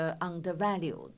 undervalued